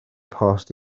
post